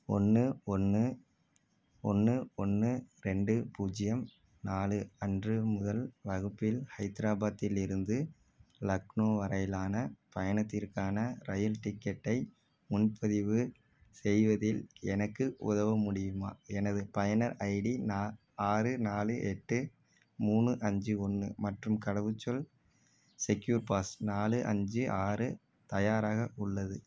ஒன்று ஒன்று ஒன்று ஒன்று ரெண்டு பூஜ்ஜியம் நாலு அன்று முதல் வகுப்பில் ஹைதராபாத்தில் இருந்து லக்னோ வரையிலான பயணத்திற்கான ரயில் டிக்கெட்டை முன்பதிவு செய்வதில் எனக்கு உதவ முடியுமா எனது பயனர் ஐடி நான் ஆறு நாலு எட்டு மூணு அஞ்சு ஒன்று மற்றும் கடவுச்சொல் செக்யூர் பாஸ் நாலு அஞ்சு ஆறு தயாராக உள்ளது